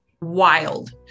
Wild